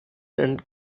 and